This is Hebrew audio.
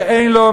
שאין לו,